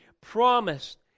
promised